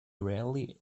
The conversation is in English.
rarely